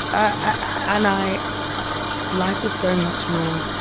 and i life is so much more